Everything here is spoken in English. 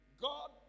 God